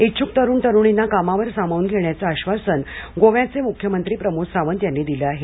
इच्छुक तरुण तरुणींना कामावर सामावून घेण्याच आश्वासन गोव्याचे मुख्यमंत्री प्रमोद सावंत यांनी दिल आहे